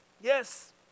Yes